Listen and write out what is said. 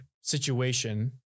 situation